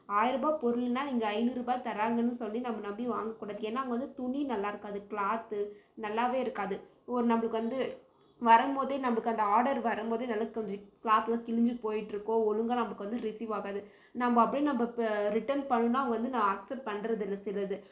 ஆயிரம் ரூபாய் பொருள்னால் இங்கே ஐந்நூறு ரூபாய்க்கு தராங்கன்னு சொல்லி நம்ம நம்பி வாங்கக்கூடாது ஏன்னால் அங்கே வந்து துணி நல்லா இருக்காது க்ளாத்து நல்லாவே இருக்காது ஒரு நம்மளுக்கு வந்து வரும்போதே நம்மளுக்கு அந்த ஆர்டர் வரும்போதே நல்ல கொஞ்சி க்ளாத் வந் கிழிஞ்சு போயிட்டிருக்கும் ஒழுங்காக நமக்கு வந்து ரிசீவ் ஆகாது நம்ம அப்படியே நம்ம ப ரிட்டன் பண்ணால் அவங்க வந்து நா அக்சப்ட் பண்றதை நிறுத்திடுறது